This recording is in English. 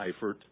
Eifert